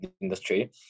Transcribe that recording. industry